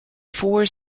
four